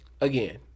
again